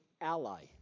ally